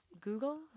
Google